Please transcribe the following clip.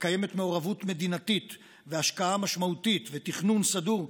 קיימת מעורבות מדינתית והשקעה משמעותית ותכנון סדור,